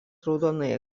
raudonąją